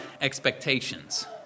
expectations